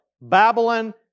Babylon